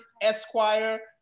esquire